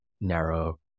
narrow